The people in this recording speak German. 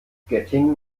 göttingen